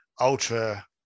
ultra